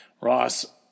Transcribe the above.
Ross